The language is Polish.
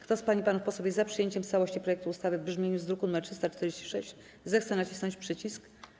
Kto z pań i panów posłów jest za przyjęciem w całości projektu ustawy w brzmieniu z druku nr 346, zechce nacisnąć przycisk.